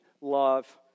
love